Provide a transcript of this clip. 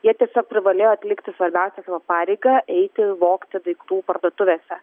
jie tiesiog privalėjo atlikti svarbiausią savo pareigą eiti vogti daiktų parduotuvėse